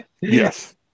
Yes